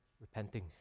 repenting